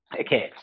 Okay